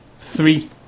Three